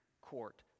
court